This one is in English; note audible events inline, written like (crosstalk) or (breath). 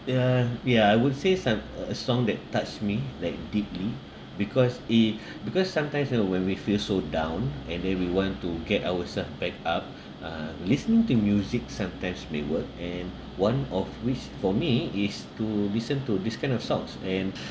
ya ya I would say some uh a song that touched me like deeply because i~ (breath) because sometimes you know when we feel so down and then we want to get ourselves back up uh listening to music sometimes may work and one of which for me is to listen to this kind of songs and